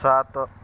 ସାତ